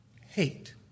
hate